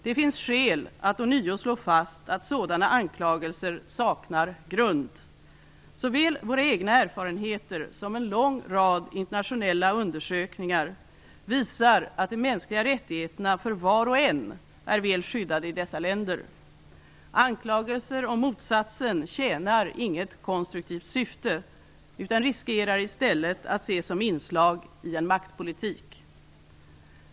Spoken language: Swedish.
Det finns skäl att ånyo slå fast, att sådana anklagelser saknar grund. Såväl våra egna erfarenheter som en lång rad internationella undersökningar visar att de mänskliga rättigheterna för var och en är väl skyddade i dessa länder. Anklagelser om motsatsen tjänar inget konstruktivt syfte, utan riskerar i stället att ses som inslag i en maktpolitik.